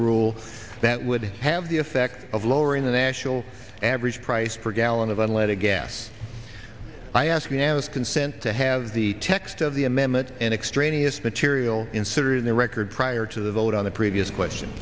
rule that would have the effect of lowering the national average price per gallon of unleaded gas i ask unanimous consent to have the text of the amendment an extraneous material in syria in the record prior to the vote on the previous question